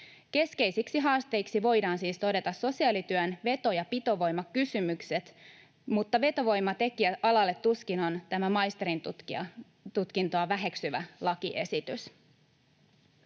Keskeisiksi haasteiksi voidaan siis todeta sosiaalityön veto- ja pitovoimakysymykset, mutta vetovoimatekijä alalle tuskin on tämä maisterintutkintoa väheksyvä lakiesitys.